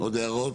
עוד הערות?